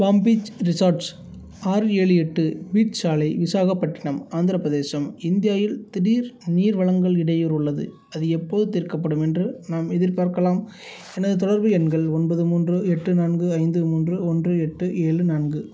bomb Beach Resorts ஆறு ஏழு எட்டு பீச் சாலை விசாகப்பட்டினம் ஆந்திரப் பிரதேசம் இந்தியா இல் திடீர் நீர் வழங்கல் இடையூறு உள்ளது அது எப்போது தீர்க்கப்படும் என்று நாம் எதிர்பார்க்கலாம் எனது தொடர்பு எண்கள் ஒன்பது மூன்று எட்டு நான்கு ஐந்து மூன்று ஒன்று எட்டு ஏழு நான்கு